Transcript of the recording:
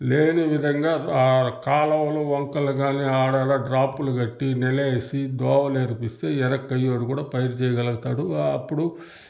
అదే విధంగా ఆ కాలవలు వంకలు కానీ ఆడాడ డ్రాప్లు కట్టి నెలేసి దోవలు ఏర్పరిస్తే ఎనక్కయ్యోడు కూడా పైరు చేయగలుగుతాడు అప్పుడు